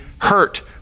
hurt